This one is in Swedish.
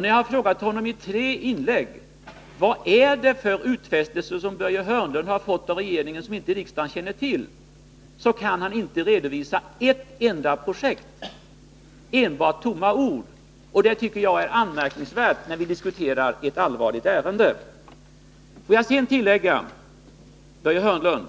Nu har jag i tre inlägg frågat vilka utfästelser som Börje Hörnlund har fått av regeringen och som riksdagen inte känner till, men han kan inte redovisa ett enda projekt. Han kommer bara med tomma ord, och det tycker jag är anmärkningsvärt, eftersom vi här diskuterar ett allvarligt ärende. Får jag sedan tillägga, Börje Hörnlund: